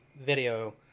video